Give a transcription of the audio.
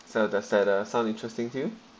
so does uh sounds interesting to you